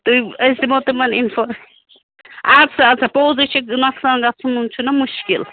تُہۍ أسۍ دِمو تِمن اِنفارمیشن اَدٕ سا اَدٕ سا پوٚزَے چھُ نۄقصان گَژھُن چھُناہ مُشکِل